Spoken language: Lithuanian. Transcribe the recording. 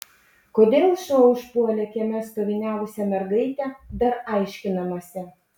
kodėl šuo užpuolė kieme stoviniavusią mergaitę dar aiškinamasi